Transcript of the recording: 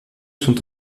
sont